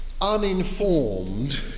uninformed